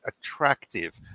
attractive